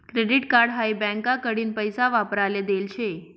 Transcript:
credit card हाई बँकाकडीन पैसा वापराले देल शे